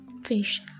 Fish